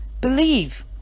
Believe